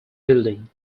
building